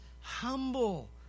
humble